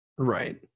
Right